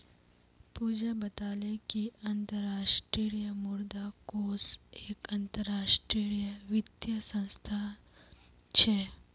पूजा बताले कि अंतर्राष्ट्रीय मुद्रा कोष एक अंतरराष्ट्रीय वित्तीय संस्थान छे